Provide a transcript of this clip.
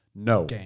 No